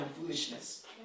foolishness